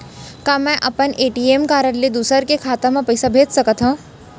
का मैं अपन ए.टी.एम कारड ले दूसर के खाता म पइसा भेज सकथव?